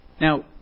Now